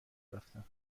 رفتم